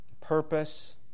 purpose